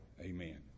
Amen